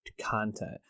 content